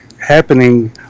happening